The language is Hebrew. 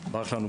זה נראה לי